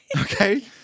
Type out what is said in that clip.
Okay